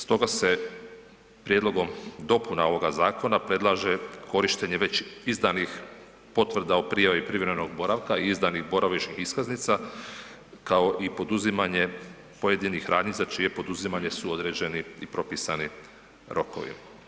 Stoga se prijedlogom dopuna ovoga zakona, predlaže korištenje već izdanih potvrdi o prijavi privremenog boravka, izdanih boravišnih iskaznica kao i poduzimanje pojedinih radnji za čije poduzimanje su određeni i propisani rokovi.